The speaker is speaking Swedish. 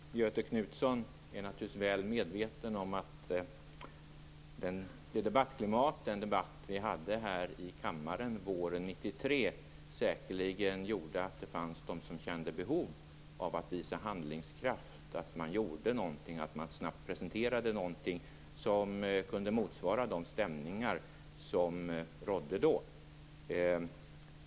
Fru talman! Göthe Knutson är naturligtvis väl medveten om att det rådande debattklimatet och den debatt vi hade här i kammaren våren 1993 säkerligen gjorde att det fanns de som kände behov av att visa handlingskraft, att visa att man gjorde någonting och snabbt presentera någonting som kunde motsvara de stämningar som rådde då.